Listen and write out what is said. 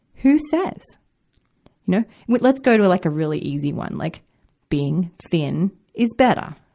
who says, you know? but let's go to like a really easy one, like being thin is better.